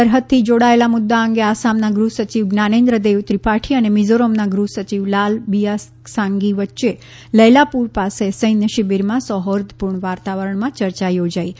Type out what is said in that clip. સરહદથી જોડાયેલા મુદ્દા અંગે આસામના ગૃહસચિવ જ્ઞાનેન્દ્ર દેવ ત્રિપાઠી અને મિઝોરમના ગૃહસચિવ લાલ બિઆકસાંગી વચ્ચે લૈલાપુર પાસે સૈન્ય શિબિરમાં સૌફાર્દપૂર્ણ વાતાવરણમાં યર્ચા યોજાઇ હતી